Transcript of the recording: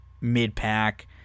Mid-pack